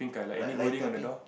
like lighter pink